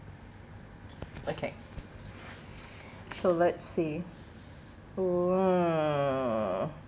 okay so let's see mm